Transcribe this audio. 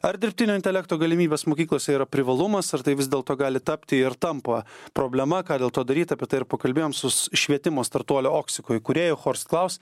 ar dirbtinio intelekto galimybės mokyklose yra privalumas ar tai vis dėlto gali tapti ir tampa problema ką dėl to daryt apie tai ir pakalbėjom su švietimo startuolio oxico įkūrėju chorst klaus